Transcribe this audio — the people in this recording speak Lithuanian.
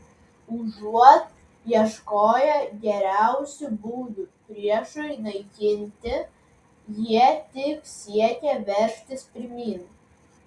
užuot ieškoję geriausių būdų priešui naikinti jie tik siekė veržtis pirmyn